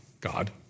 God